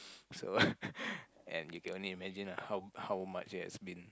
so and you can only imagine lah how how much it has been